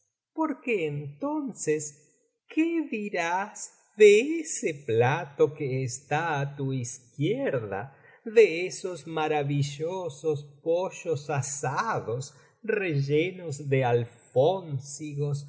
porque entonces qué dirás de ese plato que está á tu izquierda de esos maravillosos pollos asados rellenos de alfónsigos